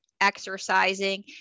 exercising